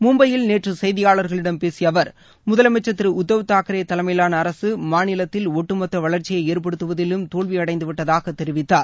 மும்பையில் நேற்று செய்தியாளர்களிடம் பேசிய அவர் முதலமைச்சர் திரு உத்தவ் தாக்ரே தலைமையிலான அரசு மாநிலத்தில் ஒட்டுமொத்த வளர்ச்சியை ஏற்படுத்துவதிலும் தோல்வியடைந்து விட்டதாக தெரிவித்தார்